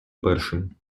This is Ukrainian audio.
першим